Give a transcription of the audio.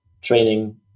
training